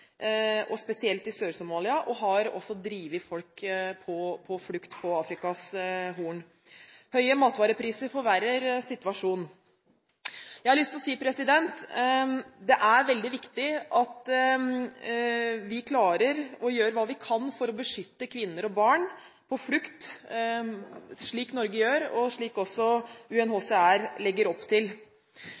vanskelig, spesielt i Sør-Somalia. Det har også drevet folk på flukt på Afrikas Horn. Høye matvarepriser forverrer situasjonen. Jeg har lyst til å si at det er veldig viktig at vi klarer å gjøre hva vi kan for å beskytte kvinner og barn på flukt, slik Norge gjøre, og slik også UNHCR legger opp til.